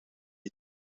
die